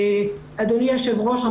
אדוני היושב ראש,